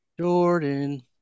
Jordan